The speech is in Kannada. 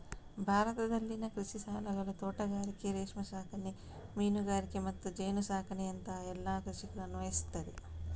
ಭಾರತದಲ್ಲಿನ ಕೃಷಿ ಸಾಲಗಳು ತೋಟಗಾರಿಕೆ, ರೇಷ್ಮೆ ಸಾಕಣೆ, ಮೀನುಗಾರಿಕೆ ಮತ್ತು ಜೇನು ಸಾಕಣೆಯಂತಹ ಎಲ್ಲ ಕೃಷಿಗೂ ಅನ್ವಯಿಸ್ತದೆ